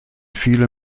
viele